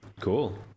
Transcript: cool